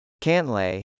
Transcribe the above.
Cantlay